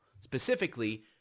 Specifically